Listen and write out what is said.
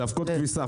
זה אבקות כביסה,